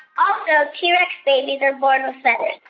um ah t. rex babies are born with feathers